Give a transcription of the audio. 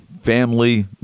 family